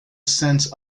sense